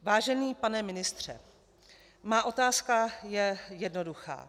Vážený pane ministře, má otázka je jednoduchá.